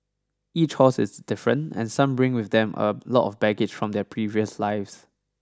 each horse is different and some bring with them a lot of baggage from their previous lives